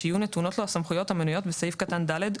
שיהיו נתונות לו הסמכויות המנויות בסעיף קטן (ד),